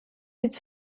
hitz